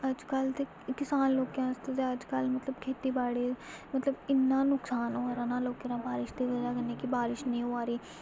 अज्जकल ते किसान लोकें आस्तै ते अज्जकल मतलब खेती बाड़ी मतलब इ'न्ना नुकसान होआ दा ना लोकें दा बारिश दी बजह् कन्नै कि बारिश नेईं होआ दी